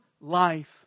life